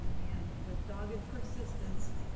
and with dogged persistence,